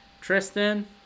Tristan